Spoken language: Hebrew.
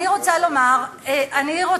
אני רוצה לומר לכם,